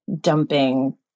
dumping